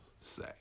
say